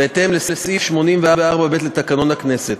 בהתאם לסעיף 84(ב) לתקנון הכנסת.